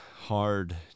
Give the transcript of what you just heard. hard